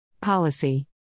policy